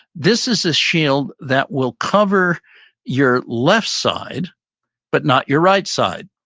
this is a shield that will cover your left side but not your right side.